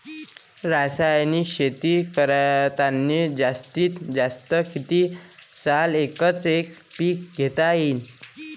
रासायनिक शेती करतांनी जास्तीत जास्त कितीक साल एकच एक पीक घेता येईन?